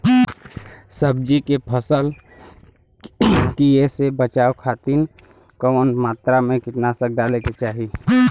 सब्जी के फसल के कियेसे बचाव खातिन कवन मात्रा में कीटनाशक डाले के चाही?